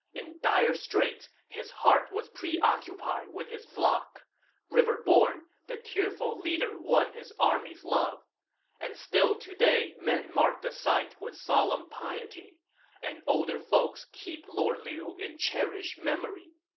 in dire straits, his heart was preoccupied with his flock riverborne, the tearful leader won his army's love and still today men mark the site with solemn piety and older folks keep lord liu in cherished memory